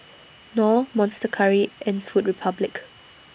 Knorr Monster Curry and Food Republic